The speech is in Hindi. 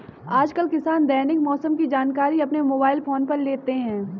आजकल किसान दैनिक मौसम की जानकारी अपने मोबाइल फोन पर ले लेते हैं